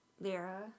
Lyra